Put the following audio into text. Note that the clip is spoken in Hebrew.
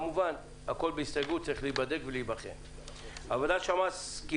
כמובן שהכול בהסתייגות ויש לבחון כל דבר ודבר.